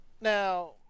Now